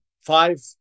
five